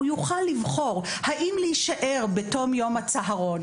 הוא יכול לבחור האם להישאר בתום יום הצהרון